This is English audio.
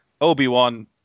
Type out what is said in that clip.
Obi-Wan